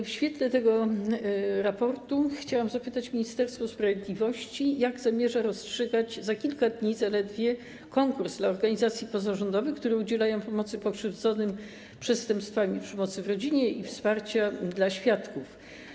W świetle tego raportu chciałabym zapytać Ministerstwo Sprawiedliwości, jak zamierza już za kilka dni rozstrzygać konkurs dla organizacji pozarządowych, które udzielają pomocy pokrzywdzonym przestępstwami przemocy w rodzinie i wsparcia dla świadków.